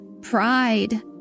pride